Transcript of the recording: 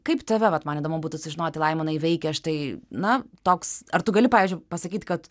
kaip tave vat man įdomu būtų sužinoti laimonai veikia štai na toks ar tu gali pavyzdžiui pasakyt kad